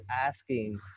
asking